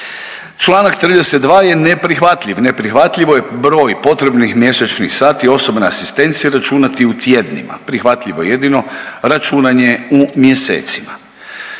HS-a. Čl. 32 je neprihvatljiv. Neprihvatljivo je broj potrebnih mjesečnih sati osobne asistencije računati u tjednima. Prihvatljivo je jedino računanje u mjesecima.